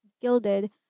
gilded